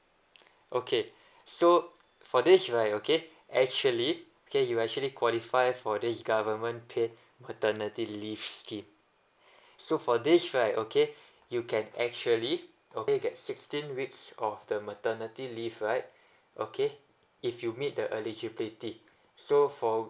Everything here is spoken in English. okay so for this right okay actually okay you actually qualify for this government paid maternity leave scheme so for this right okay you can actually okay get sixteen weeks of the maternity leave right okay if you meet the eligibility so for